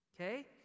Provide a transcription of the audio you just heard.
okay